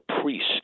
priest